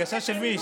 הרגשה של מי?